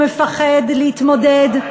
הוא מפחד להתמודד,